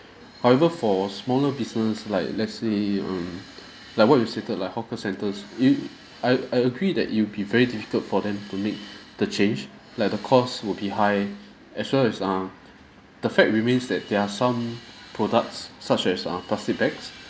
however for smaller business like let's say um like what you've stated lah hawker centres if I I agree that it will be very difficult for them to make the change like the cost will be high as well as err the fact remains that there are some products such as uh plastic bags